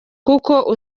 kuko